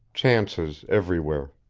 chances everywhere.